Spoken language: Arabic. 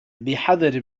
بحذر